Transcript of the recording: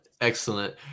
excellent